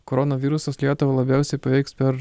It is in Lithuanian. koronavirusas lietuvą labiausiai paveiks per